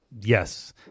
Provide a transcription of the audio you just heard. Yes